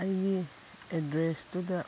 ꯑꯩꯒꯤ ꯑꯦꯗ꯭ꯔꯦꯁꯇꯨꯗ